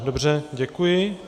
Dobře, děkuji.